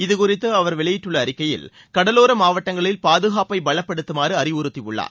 இது குறித்து அவர் வெளியிட்டுள்ள அறிவிக்கையில் கடவோர மாவட்டங்களில் பாதுகாப்பை பலப்படுத்துமாறு அறிவுறுத்தியுள்ளார்